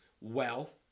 wealth